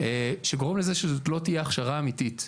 שגורם לכך שזו לא תהיה הכשרה אמיתית.